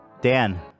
Dan